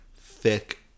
thick